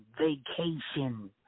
vacation